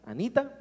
Anita